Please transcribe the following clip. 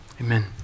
amen